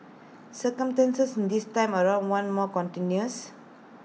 circumstances this time around are more contentious